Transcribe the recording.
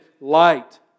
light